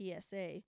PSA